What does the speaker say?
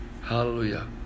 Hallelujah